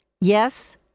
Yes